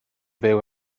fyw